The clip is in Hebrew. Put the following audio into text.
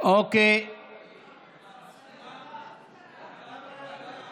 אי-אפשר להצביע.